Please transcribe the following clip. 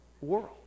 world